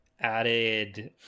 added